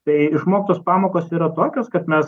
tai išmoktos pamokos yra tokios kad mes